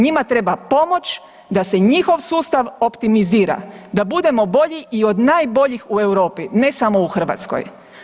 Njima treba pomoć da se njihov sustav optimizira, da budemo bolji i od najboljih u Europi ne samo u Hrvatskoj.